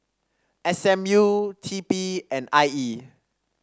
S M U T P and I E